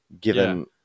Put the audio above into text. given